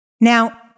Now